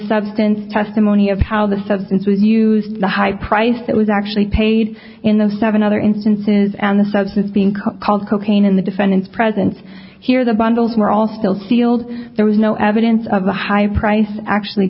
substance testimony of how the substance was used the high price that was actually paid in the seven other instances and the substance being called cocaine in the defendant's presence here the bundles were all still sealed there was no evidence of the high price actually